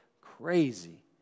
crazy